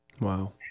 Wow